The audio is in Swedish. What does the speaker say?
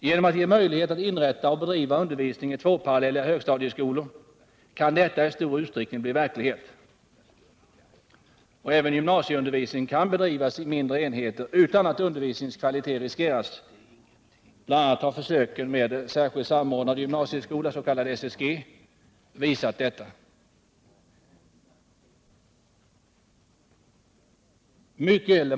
Genom att det ges möjlighet att inrätta och bedriva undervisning i tvåparallelliga högstadieskolor kan detta i stor utsträckning bli verklighet. Även gymnasieundervisningen kan bedrivas i mindre enheter, utan att undervisningens kvalitet riskeras; bl.a. har försöken med särskild samordnad gymnasieskola, SSG, visat detta.